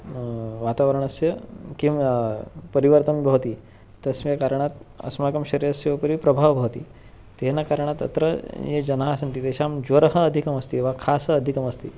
वातावरणस्य किं परिवर्तनं भवति तस्मै कारणात् अस्माकं शरीरस्य उपरि प्रभावः भवति तेन कारणात् अत्र ये जनाः सन्ति तेषां ज्वरः अधिकमस्ति वा खासः अधिकमस्ति